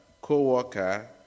co-worker